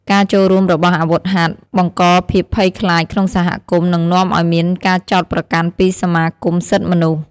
ការចូលរួមរបស់អាវុធហត្ថ បង្កភាពភ័យខ្លាចក្នុងសហគមន៍ និងនាំឲ្យមានការចោទប្រកាន់ពីសមាគមសិទ្ធិមនុស្ស។